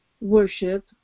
worship